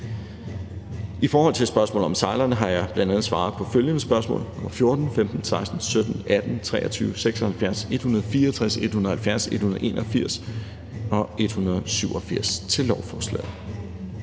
I forhold til spørgsmålet om sejlerne har jeg bl.a. svaret på følgende spørgsmål: nr. 14, 15, 16, 17, 18, 23, 76, 164, 170, 181 og 187 til lovforslaget.